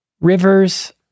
Rivers